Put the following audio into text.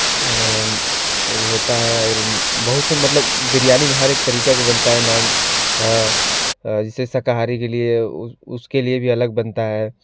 egg होता है और बहुत से मतलब बिरयानी में हर एक तरीका का बनता है नॉन जैसे शाकाहारी के लिए उसके लिए भी अलग बनता है